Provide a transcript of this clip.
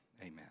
amen